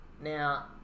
Now